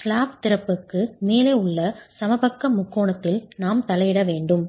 slab திறப்புக்கு மேலே உள்ள சமபக்க முக்கோணத்தில் நாம் தலையிட வேண்டும்